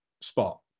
spot